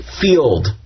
field